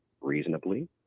reasonably